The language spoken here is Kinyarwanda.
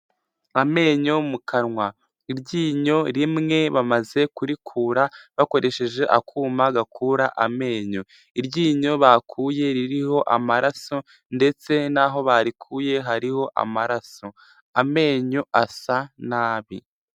Amenyo mu kanwa iryinyo rimwe bamaze kurikura bakoresheje akuma gakura amenyo, iryinyo bakuye ririho amaraso ndetse n'aho barikuye hariho amaraso, amenyo asa nabi.